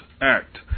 act